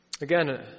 Again